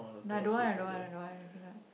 I don't want I don't want I don't want I cannot